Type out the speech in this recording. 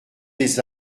des